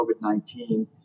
COVID-19